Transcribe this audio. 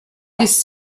this